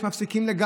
אתה יודע